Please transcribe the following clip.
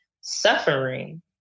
suffering